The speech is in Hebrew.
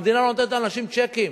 המדינה לא נותנת לאנשים צ'קים.